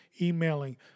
Emailing